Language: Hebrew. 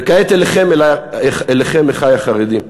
וכעת אליכם, אחי החרדים.